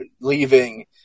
leaving